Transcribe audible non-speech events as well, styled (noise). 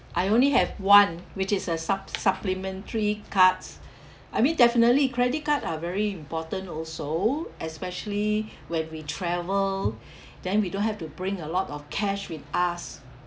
I only have one which is a sup~ supplementary cards I mean definitely credit card are very important also especially when we travel (breath) then we don't have to bring a lot of cash with us